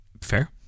Fair